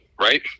right